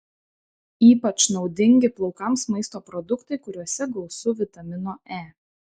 ypač naudingi plaukams maisto produktai kuriuose gausu vitamino e